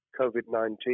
COVID-19